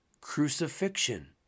Crucifixion